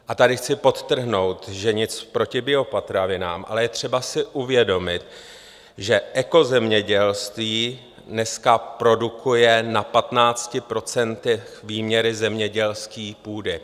A tady chci podtrhnout, že nic proti biopotravinám, ale je třeba si uvědomit, že ekozemědělství dneska produkuje na 15 % výměry zemědělské půdy.